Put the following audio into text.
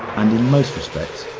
and in most respects,